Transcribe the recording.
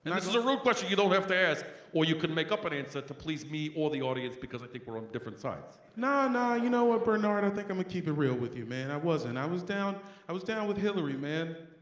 and this is a real question you don't have to answer or you could make up an answer to please me or the audience because i think we're on different sides. no no, you know what, bernard? i think i'm gonna keep it real with you man. i wasnit, and i was down i was down with hillary, man,